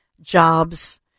jobs